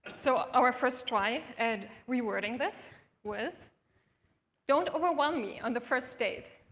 so our first try at rewording this was don't overwhelm me on the first date.